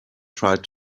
tried